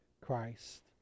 Christ